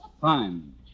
Fine